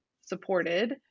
supported